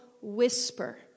whisper